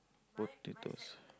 potatoes